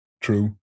true